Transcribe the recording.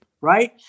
right